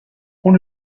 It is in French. ont